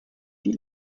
die